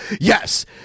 Yes